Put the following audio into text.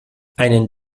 einen